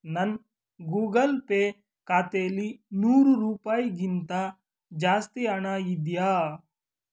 ನನ್ನ Google Pay ಖಾತೇಲಿ ನೂರು ರೂಪಾಯಿಗಿಂತ ಜಾಸ್ತಿ ಹಣ ಇದೆಯಾ